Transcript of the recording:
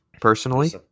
Personally